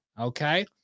Okay